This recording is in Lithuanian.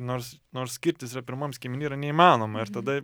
nors nors kirtis yra pirmam skiemeny yra neįmanoma ir tada